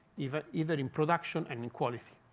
even even in production and in quality.